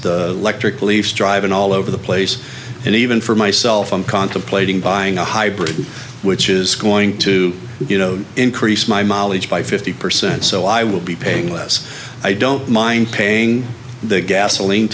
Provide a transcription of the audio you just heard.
leafs electric leaf driving all over the place and even for myself i'm contemplating buying a hybrid which is going to you know increase my mileage by fifty percent so i will be paying less i don't mind paying the gasoline